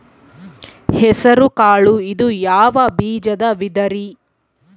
ಹೆಸರುಕಾಳು ಇದು ಯಾವ ಬೇಜದ ವಿಧರಿ?